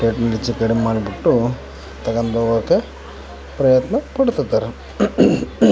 ರೇಟ್ನಲ್ಲಿ ಹೆಚ್ಚು ಕಡ್ಮೆ ಮಾಡ್ಬಿಟ್ಟು ತಗೊಂಡ್ ಹೋಗೋಕೆ ಪ್ರಯತ್ನ ಪಡ್ತಿರ್ತಾರೆ